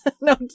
No